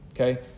Okay